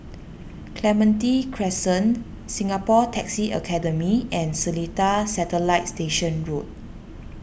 Clementi Crescent Singapore Taxi Academy and Seletar Satellite Station Road